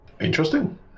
Interesting